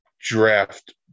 draft